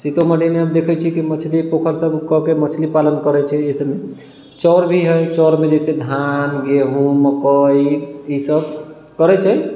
सीतोमढ़ीमे अब देखै छी कि मछली पोखरि सब कऽ के मछली पालन करइ छै चौड़ भी हइ चौड़मे जे छै से धान गेहूॅं मकइ ई सब करै छै